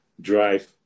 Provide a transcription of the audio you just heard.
drive